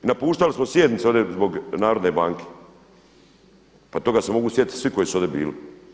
Napuštali smo sjednice ovdje zbog Narodne banke, pa toga se mogu sjetiti svi koji su ovdje bili.